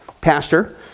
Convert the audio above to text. Pastor